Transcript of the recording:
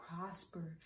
prosper